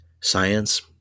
science